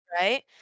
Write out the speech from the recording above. right